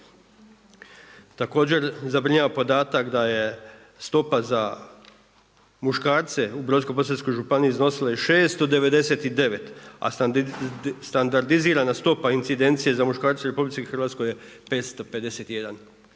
Također zabrinjava podatak da je stopa za muškarce u Brodsko-posavskoj županiji iznosila je 699 a standardizirana stopa incidencije za muškarce u RH je 551.